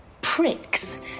pricks